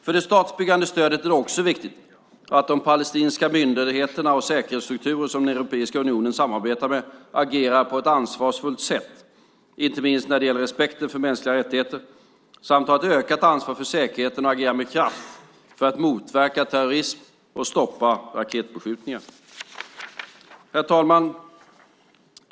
För det statsbyggande stödet är det också viktigt att de palestinska myndigheter och säkerhetsstrukturer som Europeiska unionen samarbetar med agerar på ett ansvarsfullt sätt, inte minst när det gäller respekten för mänskliga rättigheter, samt tar ett ökat ansvar för säkerheten och agerar med kraft för att motverka terrorism och stoppa raketbeskjutningar. Herr talman!